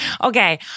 okay